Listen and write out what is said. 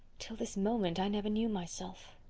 till this moment i never knew myself.